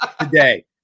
today